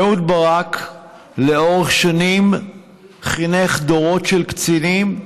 אהוד ברק חינך לאורך שנים דורות של קצינים,